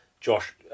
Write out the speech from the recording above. Josh